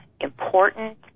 important